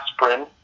aspirin